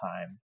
time